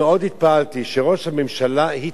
אני רוצה לומר לכם שאני מאוד התפעלתי שראש הממשלה התחייב,